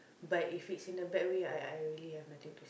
but if is in the bad way I I really have nothing to